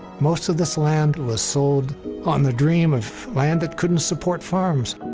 most of this land was sold on the dream of land that couldn't support farms.